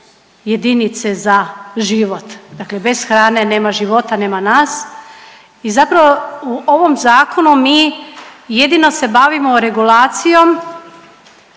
jedinice za život, dakle bez hrane nema života, nema nas i zapravo u ovom zakonu mi jedino se bavimo regulacijom